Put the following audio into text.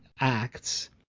Acts